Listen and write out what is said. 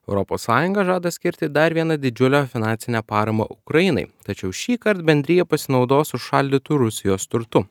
europos sąjunga žada skirti dar vieną didžiulę finansinę paramą ukrainai tačiau šįkart bendrija pasinaudos užšaldytu rusijos turtu